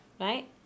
right